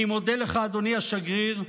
אני מודה לך, אדוני השגריר,